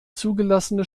zugelassene